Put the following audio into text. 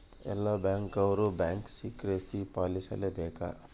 ಎಲ್ಲ ಬ್ಯಾಂಕ್ ಅವ್ರು bank secrecy ಪಾಲಿಸಲೇ ಬೇಕ